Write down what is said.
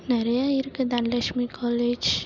நிறையா இருக்குது தனலக்ஷ்மி காலேஜ்